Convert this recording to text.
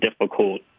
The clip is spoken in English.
difficult